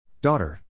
Daughter